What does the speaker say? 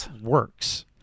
works